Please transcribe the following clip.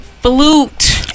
flute